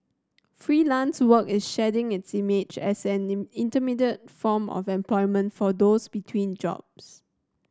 Freelance Work is shedding its image as an in intermediate form of employment for those between jobs